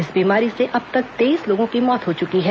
इस बीमारी से अब तक तेईस लोगों की मौत हो चुकी है